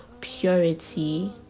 purity